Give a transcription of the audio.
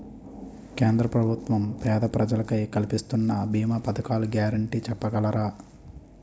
కేంద్ర ప్రభుత్వం పేద ప్రజలకై కలిపిస్తున్న భీమా పథకాల గ్యారంటీ చెప్పగలరా?